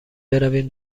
برویم